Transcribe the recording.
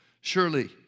Surely